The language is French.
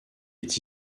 est